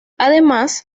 además